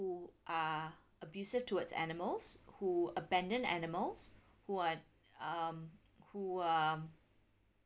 who are abusive towards animals who abandon animals who are um who are